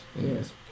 yes